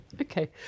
Okay